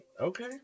okay